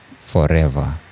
forever